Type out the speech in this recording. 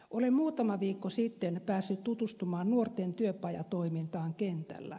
olen muutama viikko sitten päässyt tutustumaan nuorten työpajatoimintaan kentällä